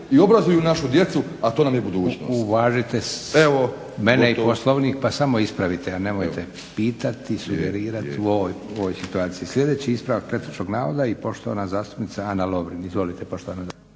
Josip (SDP)** Gospodine Grubišiću, uvažite mene i Poslovnik pa samo ispravite, a nemojte pitati i sugerirati u ovoj situaciji. Sljedeći ispravak netočnog navoda i poštovana zastupnica Ana Lovrin.